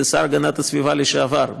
זה השר להגנת הסביבה לשעבר.